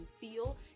feel